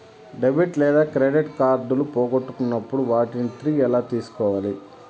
debit లేదా credit కార్డులు పోగొట్టుకున్నప్పుడు వాటిని తిరిగి ఎలా తీసుకోవాలి